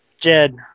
Jed